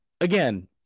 Again